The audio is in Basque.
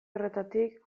horretatik